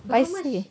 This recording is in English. I see